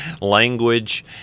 language